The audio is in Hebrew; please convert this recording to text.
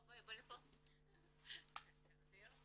אז הנה, התוכנית